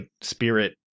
spirit